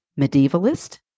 Medievalist